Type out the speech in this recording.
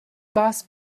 boss